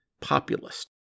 populist